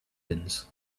turbans